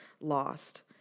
lost